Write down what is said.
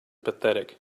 pathetic